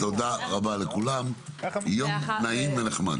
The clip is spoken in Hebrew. תודה רבה לכולם, יום נעים ונחמד.